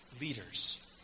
leaders